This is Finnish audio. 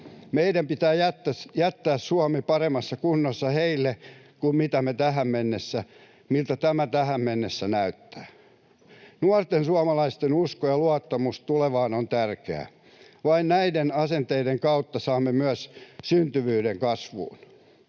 Meidän pitää jättää Suomi paremmassa kunnossa heille kuin miltä tämä tähän mennessä näyttää. Nuorten suomalaisten usko ja luottamus tulevaan on tärkeää. Vain näiden asenteiden kautta saamme myös syntyvyyden kasvuun.